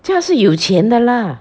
这是有钱的 lah